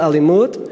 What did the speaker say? של אלימות,